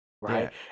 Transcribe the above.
right